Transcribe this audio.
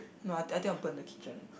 no I think I think I'll put in the kitchen